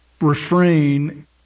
refrain